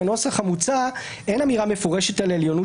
בנוסח המוצע אין אמירה מפורשת על עליונות